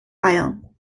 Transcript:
bayern